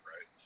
right